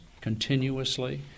continuously